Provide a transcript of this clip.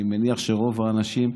אני מניח שרוב האנשים,